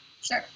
Sure